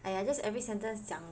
!aiya! just every sentence 讲